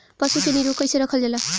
पशु के निरोग कईसे रखल जाला?